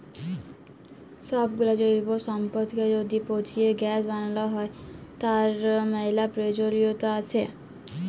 সবগুলা জৈব সম্পদকে য্যদি পচিয়ে গ্যাস বানাল হ্য়, তার ম্যালা প্রয়জলিয়তা আসে